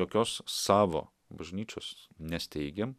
jokios savo bažnyčios nesteigiam